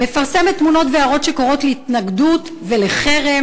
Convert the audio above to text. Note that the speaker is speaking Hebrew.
היא מפרסמת תמונות והערות שקוראות להתנגדות ולחרם,